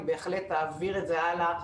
אני בהחלט אעביר את זה הלאה.